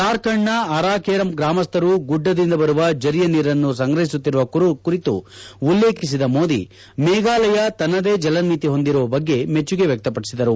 ಜಾರ್ಖಂಡ್ನ ಅರಾಖೇರಂ ಗ್ರಾಮಸ್ಥರು ಗುಡ್ಡದಿಂದ ಬರುವ ಝರಿಯ ನೀರನ್ನು ಸಂಗ್ರಹಿಸುತ್ತಿರುವ ಕುರಿತು ಉಲ್ಲೇಖಿಸಿದ ಮೋದಿ ಮೇಘಾಲಯ ತನ್ನದೇ ಜಲನೀತಿ ಹೊಂದಿರುವ ಬಗ್ಗೆ ಮೆಚ್ಚುಗೆ ವ್ಯಕ್ತಪಡಿಸಿದರು